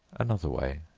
another way.